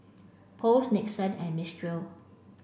Post Nixon and Mistral